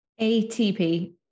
ATP